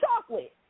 chocolate